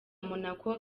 monaco